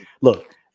look